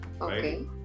Okay